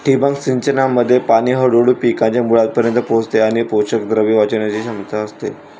ठिबक सिंचनामध्ये पाणी हळूहळू पिकांच्या मुळांपर्यंत पोहोचते आणि पोषकद्रव्ये वाचवण्याची क्षमता असते